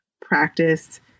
practice